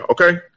Okay